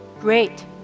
Great